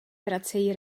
vracejí